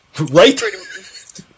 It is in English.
Right